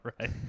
right